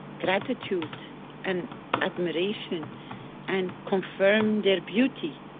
gratitude and admiration and confirm their beauty,